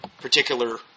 particular